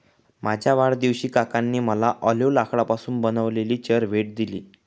माझ्या वाढदिवशी काकांनी मला ऑलिव्ह लाकडापासून बनविलेली चेअर भेट दिली